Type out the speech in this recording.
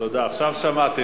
תודה, עכשיו שמעתי.